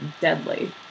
deadly